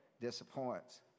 disappoints